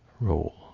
role